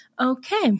okay